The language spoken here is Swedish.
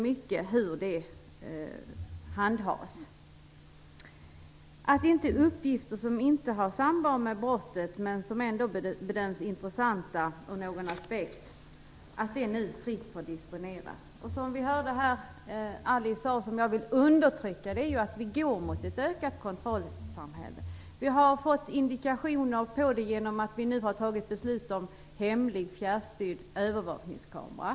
Det är viktigt att uppgifter som inte har samband med brottet men som ändå bedöms som intressanta ur någon aspekt inte får disponeras fritt. Som vi hörde här och som jag vill understryka går vi mot ett ökat kontrollsamhälle. Vi har fått indikationer på det genom att vi nu har fattat beslut om hemlig fjärrstyrd övervakningskamera.